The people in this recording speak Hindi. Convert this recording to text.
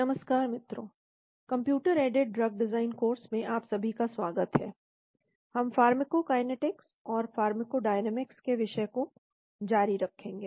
नमस्कार मित्रों computer aided drug design course में आप सभी का स्वागत है हम फार्माकोकाइनेटिक्स और फार्माकोडायनामिक्स के विषय को जारी रखेंगे